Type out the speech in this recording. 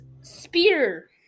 Spear